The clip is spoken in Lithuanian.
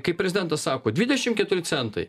kaip prezidento sako dvidešim keturi centai